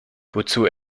wozu